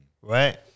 Right